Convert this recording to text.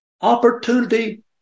Opportunity